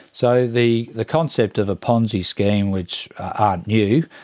so the the concept of a ponzi scheme, which aren't new,